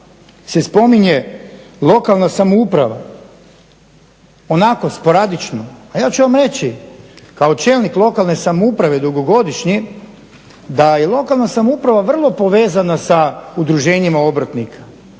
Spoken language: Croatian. se spominje lokalna samouprava onako sporadično, a ja ću vam reći kao čelnik lokalne samouprave dugogodišnji da je lokalna samouprava vrlo povezana sa udruženjima obrtnika,